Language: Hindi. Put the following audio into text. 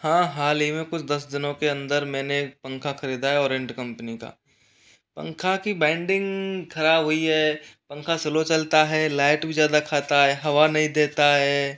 हाँ हाल ही में कुछ दस दिनों के अंदर मैंने एक पंखा खरीदा है ओरिएंट कंपनी का पंखा की बैनडींग ख़राब हुई है पंखा स्लो चलता है लाइट भी ज़्यादा खाता है हवा नहीं देता है